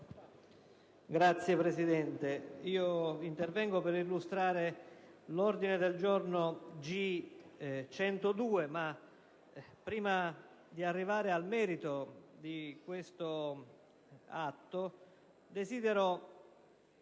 Signor Presidente, intervengo per illustrare l'ordine del giorno G102, ma prima di arrivare al merito di questo atto desidero